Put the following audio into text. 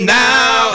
now